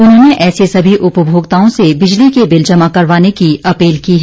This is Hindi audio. उन्होंने ऐसे सभी उपभोक्ताओं से बिजली के बिल जमा करवाने की अपील की है